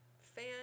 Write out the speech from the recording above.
fan